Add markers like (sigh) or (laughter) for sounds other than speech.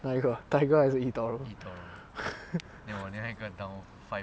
哪一个 tiger 还是 eToro (laughs)